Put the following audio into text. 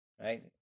right